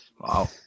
Wow